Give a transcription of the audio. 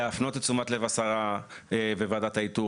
להפנות את תשומת לב השרה בוועדת האיתור